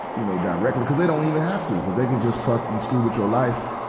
you know, directly cuz they don't even have to, cuz they can just fucking screw with your life,